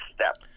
step